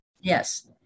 Yes